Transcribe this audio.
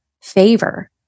favor